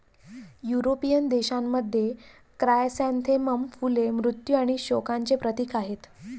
European देशांमध्ये, chrysanthemum फुले मृत्यू आणि शोकांचे प्रतीक आहेत